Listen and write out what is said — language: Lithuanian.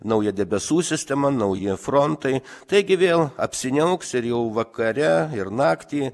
nauja debesų sistema nauji frontai taigi vėl apsiniauks ir jau vakare ir naktį